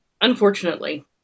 Unfortunately